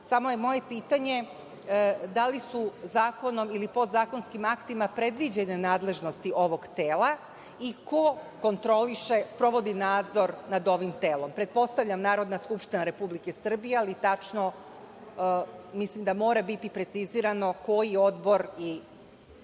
dobro. Moje pitanje je – da li su zakonom ili podzakonskim aktima predviđene nadležnosti ovog tela i ko sprovodi nadzor nad ovim telom? Pretpostavljam Narodna skupština Republike Srbije, ali tačno mislim da mora biti precizirano koji Odbor. Moram